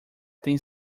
tem